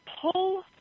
pull